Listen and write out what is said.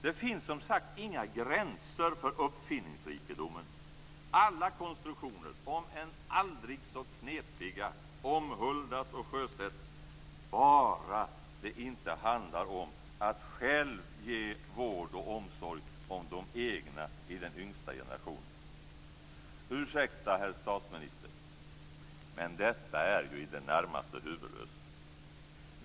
Det finns som sagt inga gränser för uppfinningsrikedomen. Alla konstruktioner, om än aldrig så knepiga, omhuldas och sjösätts, bara det inte handlar om att själv ge vård och omsorg om de egna i den yngsta generationen. Ursäkta, herr statsminister, men detta är ju i det närmaste huvudlöst!